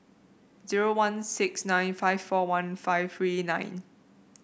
zero one six nine five four one five three nine